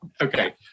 okay